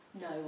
No